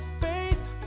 faith